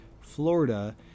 Florida